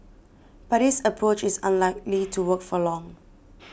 but this approach is unlikely to work for long